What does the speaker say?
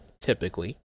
typically